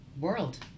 world